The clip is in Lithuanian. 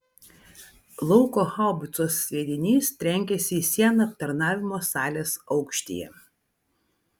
lauko haubicos sviedinys trenkėsi į sieną aptarnavimo salės aukštyje